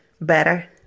better